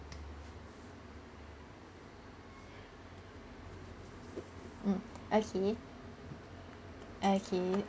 mm okay okay